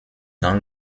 dans